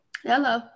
Hello